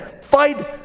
fight